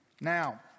now